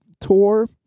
tour